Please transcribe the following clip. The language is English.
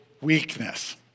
weakness